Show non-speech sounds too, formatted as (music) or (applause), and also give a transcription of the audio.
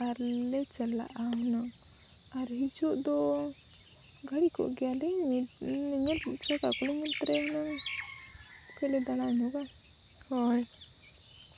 ᱟᱨᱞᱮ ᱪᱟᱞᱟᱜᱼᱟ ᱦᱩᱱᱟᱹᱝ ᱟᱨ ᱦᱤᱡᱩᱜ ᱫᱚ ᱜᱷᱟᱹᱲᱤᱡ ᱜᱮᱭᱟᱞᱤᱧ (unintelligible) ᱧᱮᱞ ᱛᱟᱨᱟᱭᱟ ᱦᱩᱱᱟᱹᱝ ᱠᱷᱟᱹᱞᱤ ᱫᱟᱬᱟᱱ ᱦᱚᱸ ᱵᱟᱝ ᱦᱳᱭ